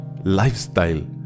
lifestyle